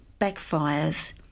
backfires